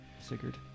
Sigurd